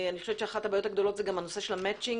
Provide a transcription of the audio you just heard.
אני חושבת שאחת הבעיות הגדולות זה גם הנושא של המצ'ינג,